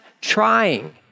trying